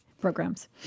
programs